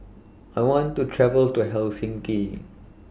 I want to travel to Helsinki